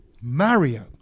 Mario